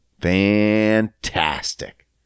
Fantastic